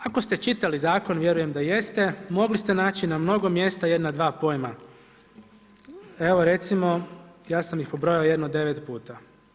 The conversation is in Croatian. Ako ste čitali zakon, vjerujem da jeste, mogli ste naći na mnogo mjesta jedna dva pojma, evo recimo ja sam ih pobrojao jedno 9 puta.